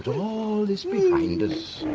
all this behind us.